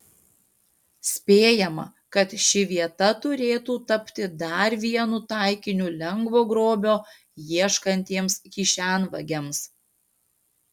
spėjama kad ši vieta turėtų tapti dar vienu taikiniu lengvo grobio ieškantiems kišenvagiams